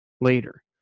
later